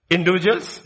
Individuals